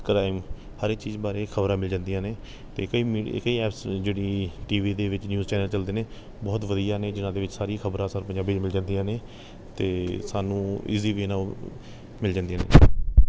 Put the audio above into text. crime ਹਰ ਇੱਕ ਚੀਜ਼ ਬਾਰੇ ਖਬਰਾਂ ਮਿਲ ਜਾਂਦੀਆਂ ਨੇ ਅਤੇ ਕਈ ਜਿਹੜੀ ਟੀ ਵੀ ਦੇ ਵਿੱਚ ਨਿਊਜ਼ ਚੈਨਲ ਚਲਦੇ ਨੇ ਬਹੁਤ ਵਧੀਆ ਨੇ ਜਿਹਨਾਂ ਦੇ ਵਿੱਚ ਸਾਰੀ ਖਬਰਾਂ ਸਾਨੂੰ ਪੰਜਾਬੀ 'ਚ ਮਿਲ ਜਾਂਦੀਆਂ ਨੇ ਅਤੇ ਸਾਨੂੰ ਈਜ਼ੀ ਵੇਅ ਨਾਲ ਉਹ ਮਿਲ ਜਾਂਦੀਆਂ ਨੇ